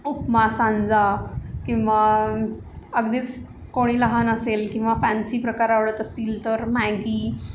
उपमा सांजा किंवा अगदीच कोणी लहान असेल किंवा फॅन्सी प्रकार आवडत असतील तर मॅगी